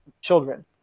children